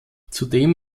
zudem